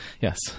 Yes